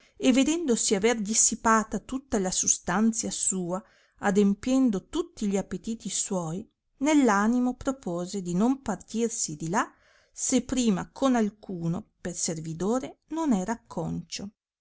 e vedendosi aver dissipata tutta la sustanzia sua adempiendo tutti gli appetiti suoi nell animo propose di non partirsi di là se prima con alcuno per servidore non era acconcio